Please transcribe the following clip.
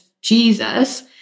Jesus